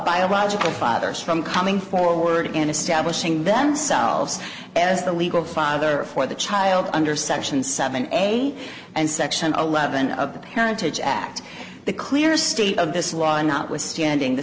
biological fathers from coming forward again establishing themselves as the legal father for the child under section seven eight and section eleven of the parentage act the clear state of this law and not withstanding the